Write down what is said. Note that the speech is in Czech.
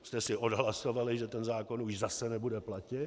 To jste si odhlasovali, že ten zákon už zase nebude platit.